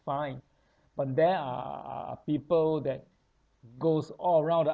fine but there are are people that goes all around the